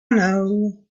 know